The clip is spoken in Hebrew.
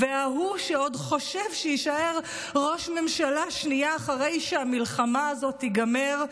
וההוא שעוד חושב שיישאר ראש ממשלה שנייה אחרי שהמלחמה הזאת תיגמר,